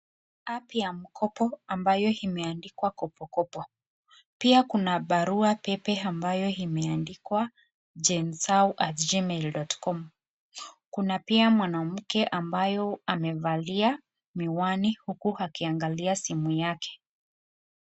App ya mkopo inayoandikwa kopokopo, pia kuna barua pepe ambayo imeandikwa jenzao@gmail.com, kuna pia mwanamke ambayo amevalia miwani huku akiangalia simu yake.